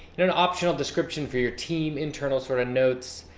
and an optional description for your team, internal sort of notes,